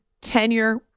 tenure